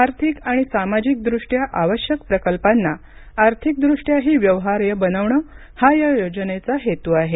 आर्थिक आणि सामाजिकदृष्ट्या आवश्यक प्रकल्पांना आर्थिकदृष्ट्याही व्यवहार्य बनवणं हा या योजनेचा हेतू आहे